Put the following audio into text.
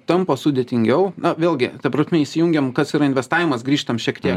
tampa sudėtingiau na vėlgi ta prasme įsijungiam kas yra investavimas grįžtam šiek tiek